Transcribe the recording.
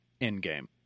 Endgame